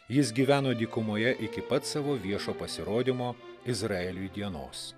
jis gyveno dykumoje iki pat savo viešo pasirodymo izraeliui dienos